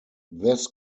this